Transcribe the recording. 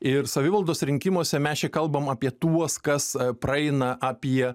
ir savivaldos rinkimuose mes čia kalbam apie tuos kas praeina apie